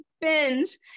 bins